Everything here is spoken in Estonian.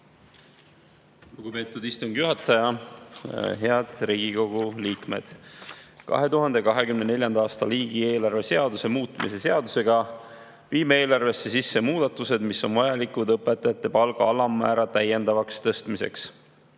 Lugupeetud istungi juhataja! Head Riigikogu liikmed! 2024. aasta riigieelarve seaduse muutmise seadusega viime eelarvesse sisse muudatused, mis on vajalikud õpetajate palga alammäära täiendavaks tõstmiseks.